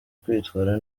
kwitwara